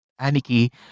Aniki